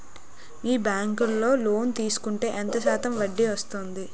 మీ bank లో loan తీసుకుంటే ఎంత శాతం వడ్డీ పడ్తుంది?